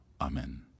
amen